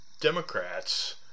Democrats